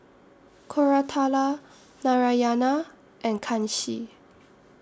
Koratala Narayana and Kanshi